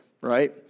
right